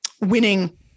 winning